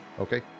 Okay